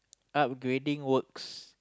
upgrading works